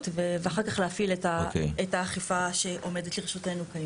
ואחר כך להפעיל את האכיפה שעומדת לרשותנו.